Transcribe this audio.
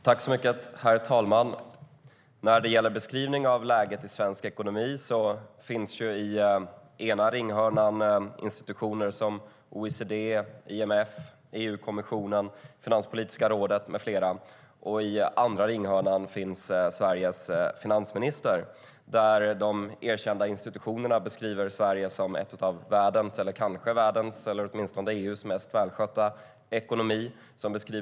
Herr talman! När det gäller beskrivningen av läget i svensk ekonomi finns i ena ringhörnan institutioner som OECD, IMF, EU-kommissionen, Finanspolitiska rådet med flera, och i andra ringhörnan finns Sveriges finansminister. De erkända institutionerna beskriver Sverige som en av världens eller åtminstone EU:s mest välskötta ekonomier.